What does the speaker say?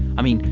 i mean,